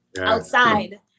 outside